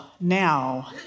now